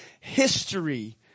history